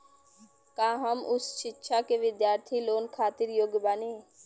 का हम उच्च शिक्षा के बिद्यार्थी लोन खातिर योग्य बानी?